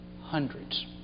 hundreds